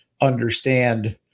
understand